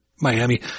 Miami